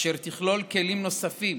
והיא תכלול כלים נוספים